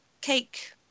cake